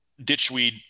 ditchweed